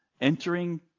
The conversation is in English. entering